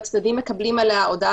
הצדדים מקבלים על זה הודעה